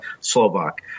Slovak